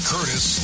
Curtis